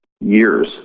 years